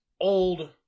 old